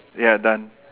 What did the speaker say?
ya done